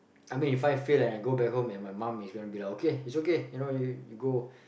I mean If I fail and I go back home and my mum is going to be like okay it's okay you know you go